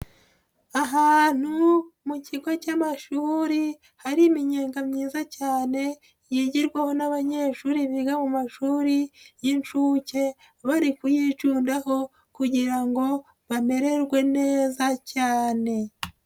Ahantu mu kigo cy'amashuri hari iminyega myiza cyane yigirwaho n'abanyeshuri biga mu mashuri y'inshuke bari kuyicundaho kugira ngo bamererwe neza cyane.